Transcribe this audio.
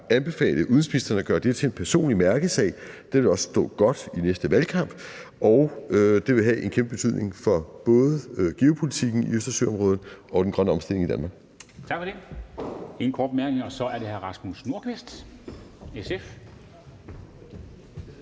anbefale udenrigsministeren at gøre det til en personlig mærkesag. Det vil også se godt ud i næste valgkamp, og det vil have en kæmpe betydning for både geopolitikken i Østersøområdet og den grønne omstilling i Danmark.